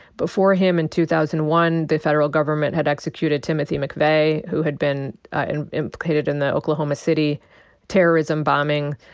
before him in two thousand and one the federal government had executed timothy mcveigh, who had been and implicated in the oklahoma city terrorism bombing,